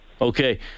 Okay